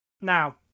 Now